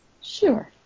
sure